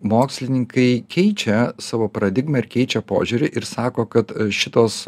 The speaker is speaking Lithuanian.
mokslininkai keičia savo paradigmą ir keičia požiūrį ir sako kad šitos